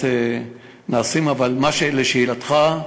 לשאלתך,